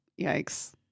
yikes